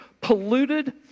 polluted